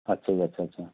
अच्छा जी अच्छा अच्छा